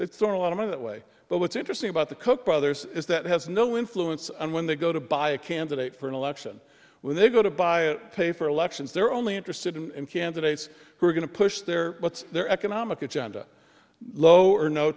store a lot of that way but what's interesting about the koch brothers is that has no influence and when they go to buy a candidate for an election when they go to buy a pay for elections they're only interested in candidates who are going to push their what's their economic agenda lower no